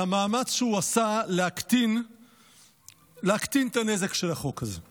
על המאמץ שהוא עשה להקטין את הנזק של החוק הזה.